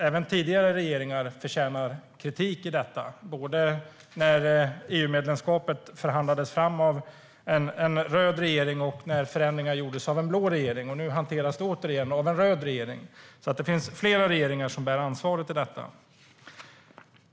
Även tidigare regeringar förtjänar kritik. Det gäller både när EU-medlemskapet förhandlades av en röd regering och när förändringar gjordes av en blå regering. Nu hanteras det åter av en röd regering. Flera regeringar bär alltså ansvar för detta.